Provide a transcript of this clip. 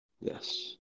Yes